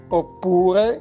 oppure